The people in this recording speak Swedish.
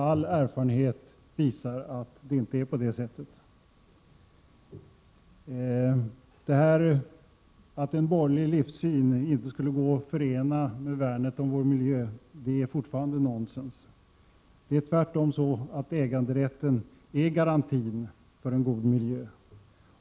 All erfarenhet visar, enligt min mening, att det inte är så. Att en borgerlig livssyn inte skulle gå att förena med värnet av vår miljö är fortfarande nonsens. Äganderätten utgör tvärtom en garanti för en god miljö.